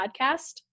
Podcast